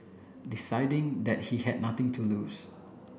deciding that he had nothing to lose